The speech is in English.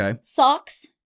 socks